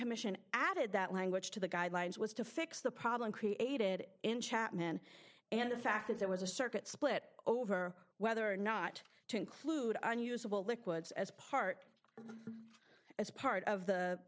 commission added that language to the guidelines was to fix the problem created in chapman and the fact that there was a circuit split over whether or not to include on usable liquids as part as part of the